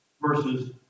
versus